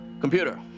computer